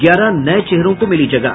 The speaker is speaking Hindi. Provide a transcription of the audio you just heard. ग्यारह नये चेहरों को मिली जगह